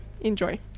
Enjoy